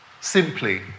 Simply